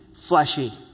fleshy